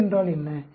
பிழை என்றால் என்ன